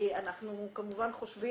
כי אנחנו כמובן חושבים